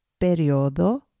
periodo